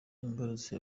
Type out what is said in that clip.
imbarutso